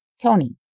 Tony